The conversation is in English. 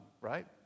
right